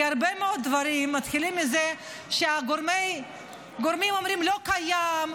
כי הרבה מאוד דברים מתחילים מזה שהגורמים אומרים: לא קיים,